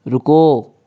रुको